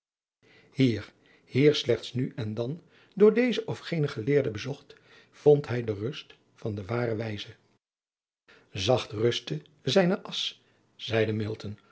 hier hier slechts nu en dan door dezen of genen geleerde bezocht vond hij de rust van den waren wijze zacht ruste zijne asch zeide